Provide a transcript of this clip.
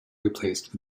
replaced